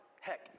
Heck